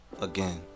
again